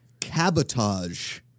Cabotage